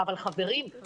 אבל אי